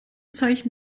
zeichen